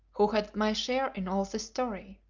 who had my share in all this story.